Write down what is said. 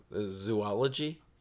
Zoology